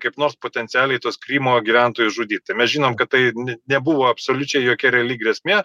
kaip nors potencialiai tuos krymo gyventojus žudyt tai mes žinom kad tai nebuvo absoliučiai jokia reali grėsmė